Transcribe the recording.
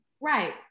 right